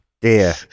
dear